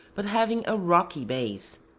but having a rocky base.